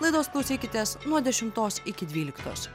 laidos klausykitės nuo dešimtos iki dvyliktos